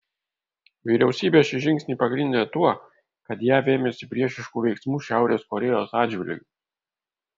vyriausybė šį žingsnį pagrindė tuo kad jav ėmėsi priešiškų veiksmų šiaurės korėjos atžvilgiu